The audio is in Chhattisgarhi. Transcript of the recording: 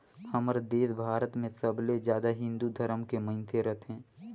हमर देस भारत मे सबले जादा हिन्दू धरम के मइनसे रथें